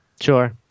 sure